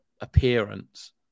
appearance